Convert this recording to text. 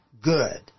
good